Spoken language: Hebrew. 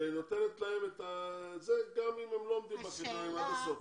שנותנת להם את זה גם אם הם לא עומדים עד הסוף.